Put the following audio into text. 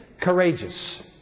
courageous